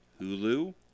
Hulu